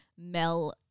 Mel